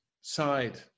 Side